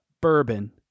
bourbon